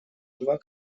два